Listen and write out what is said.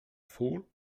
fool